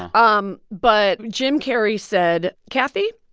um but jim carrey said, kathy,